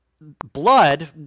Blood